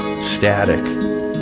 static